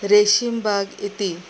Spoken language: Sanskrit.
रेशिम्बाग् इति